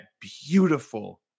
beautiful